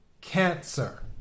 Cancer